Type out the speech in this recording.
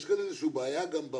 יש כאן גם בעיה במהות.